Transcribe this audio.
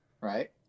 right